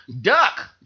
duck